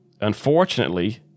Unfortunately